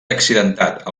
accidentat